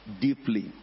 deeply